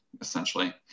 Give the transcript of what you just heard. essentially